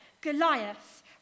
Goliath